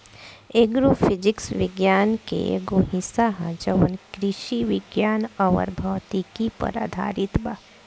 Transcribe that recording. agro physics विज्ञान के एगो हिस्सा ह जवन कृषि विज्ञान अउर भौतिकी पर आधारित बा